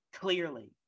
clearly